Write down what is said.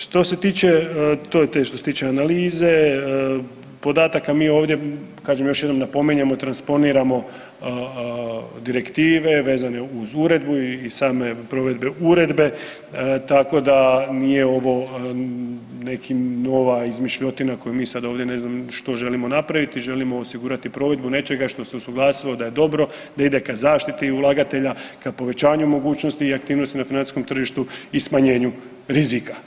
Što se tiče, to je to, što se tiče analize podataka mi ovdje kažem još jednom napominjemo transponiramo direktive vezane uz uredbu i same provedbe uredbe, tako da nije ovo neka nova izmišljotina koju mi sada ovdje ne znam što želimo napraviti, želimo osigurati provedbu nečega što se usluglasilo da je dobro, da ide ka zaštiti ulagatelja, ka povećanju mogućnosti i aktivnosti na financijskom tržištu i smanjenju rizika.